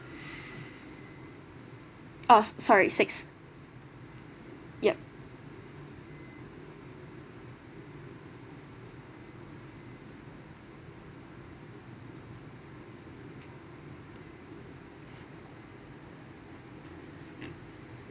oh sorry six yup